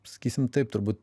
sakysim taip turbūt